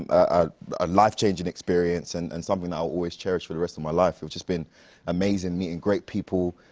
a life-changing experience and and something i'll always cherish for the rest of my life, it's just been amazing meeting great people,